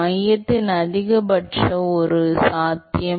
மையத்தில் அதிகபட்சம் ஒரு சாத்தியம்